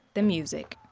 the music.